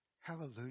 Hallelujah